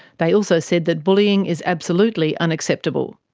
they also said that bullying is absolutely unacceptable,